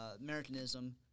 Americanism